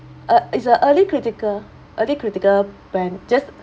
uh is a early critical early critical plan just